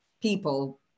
people